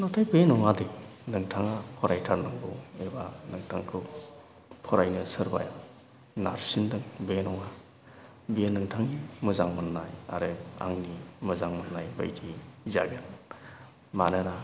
नाथाय बे नङादि नोंथाङा फरायथारनांगौ एबा नोंथांखौ फरायनो सोरबाया नारसिनदों बे नङा बे नोंथांनि मोजां मोननाय आरो आंनि मोजां मोननाय बायदि जागोन मानोना